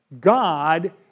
God